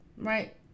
right